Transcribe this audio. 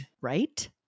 Right